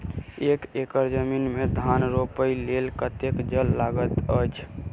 एक एकड़ जमीन मे धान रोपय लेल कतेक जल लागति अछि?